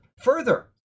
Further